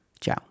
Ciao